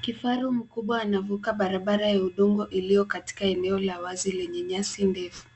Kifaru mkubwa anavuka barabara ya udongo iliyo katika eneo la wazi lenye nyasi ndefu.